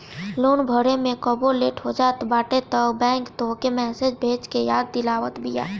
loan भरे में कबो लेट हो जात बाटे तअ बैंक तोहके मैसेज भेज के याद दिलावत बिया